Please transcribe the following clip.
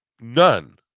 none